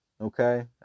Okay